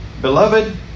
Beloved